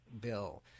bill